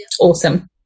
Awesome